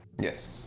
Yes